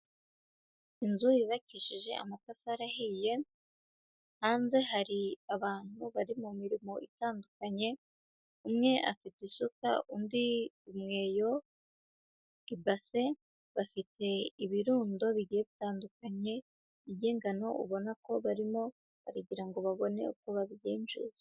Inzu yubakishije amatafari ahiye; hanze hari abantu bari mu mirimo itandukanye: umwe afite isuka undi umweyo, ibase; bafite ibirundo bigiye bitandukanye by'ingano, ubona ko barimo bagira ngo babone uko babyinjiza.